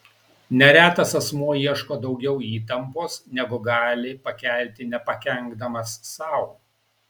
neretas asmuo ieško daugiau įtampos negu gali pakelti nepakenkdamas sau